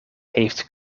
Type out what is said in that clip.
heeft